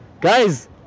Guys